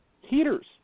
heaters